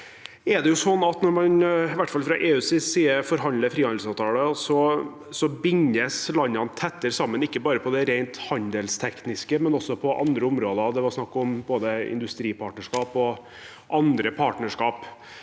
hvert fall fra EUs side, forhandler frihandelsavtaler, bindes landene tettere sammen, ikke bare på det rent handelstekniske, men også på andre områder. Det var snakk om både industripartnerskap og andre partnerskap.